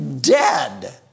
dead